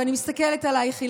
ואני מסתכלת עלייך,